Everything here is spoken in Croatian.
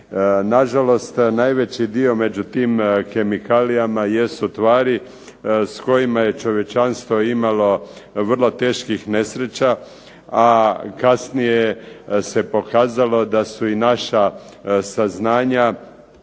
Nažalost, najveći dio među tim kemikalijama jesu tvari s kojima je čovječanstvo imalo vrlo teških nesreća, a kasnije se pokazalo da su i naša saznanja